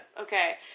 Okay